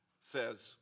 says